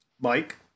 Mike